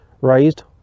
raised